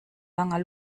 langer